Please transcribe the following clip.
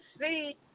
see